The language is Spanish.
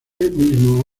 mismo